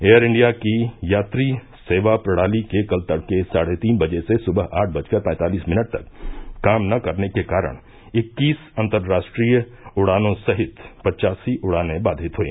air India की यात्री सेवा प्रणाली के कल तड़के साढ़े तीन बजे से सुबह आठ बजकर पैंतालीस मिनट तक काम न करने के कारण इक्कीस अंतर्राष्ट्रीय उड़ानों सहित पच्चासी उड़ानें बाधित हुई